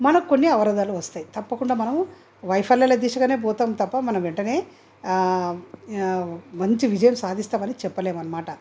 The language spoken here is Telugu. మనకు కొన్ని అవరోధాలు వస్తాయి తప్పకుండా మనం వైఫల్యాల దిశగానే పోతాము తప్ప మనం వెంటనే ఆ మంచి విజయం సాధిస్తామని చెప్పలేము అన్నమాట